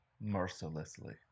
Mercilessly